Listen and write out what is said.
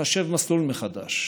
לחשב מסלול מחדש,